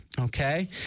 okay